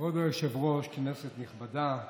כבוד היושבת-ראש, כנסת נכבדה,